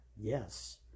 Yes